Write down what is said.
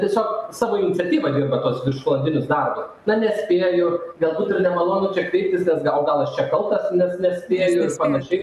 tiesiog savo iniciatyva dirba tuos viršvalandinius darbus na nespėjo galbūt ir nemalonu čia pyktis nes gal gal aš čia kaltas nes nespėju ir panašiai